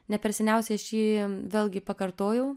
ne per seniausiai aš jį vėlgi pakartojau